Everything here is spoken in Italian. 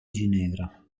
ginevra